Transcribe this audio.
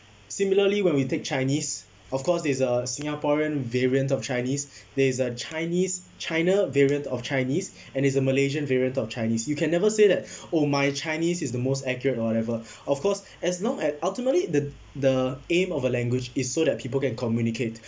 similarly when we take chinese of course there's a singaporean variant of chinese there's a chinese china variant of chinese and there's a malaysian variant of chinese you can never say that oh my chinese is the most accurate or whatever of course as long as ultimately the the aim of a language is so that people can communicate